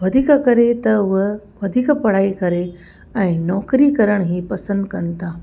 वधीक करे त हूअ वधीक पढ़ाई करे ऐं नौकिरी करण ई पसंदि कनि था